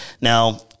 Now